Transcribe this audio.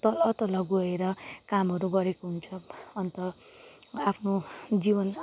तल तल गएर कामहरू गरेको हुन्छ अन्त आफ्नो जीवन